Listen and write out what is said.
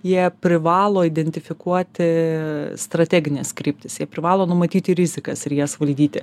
jie privalo identifikuoti strategines kryptis jie privalo numatyti rizikas ir jas valdyti